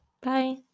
Bye